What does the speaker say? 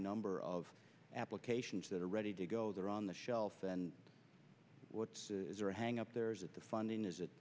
number of applications that are ready to go there on the shelf and what hang up there is at the funding is it